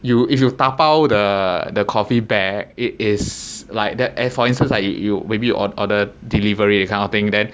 you if you da bao the the coffee bag it is like the eh for instance like you you maybe you order delivery that kind of thing then